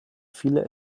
viele